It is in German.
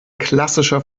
klassischer